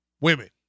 Women